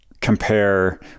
compare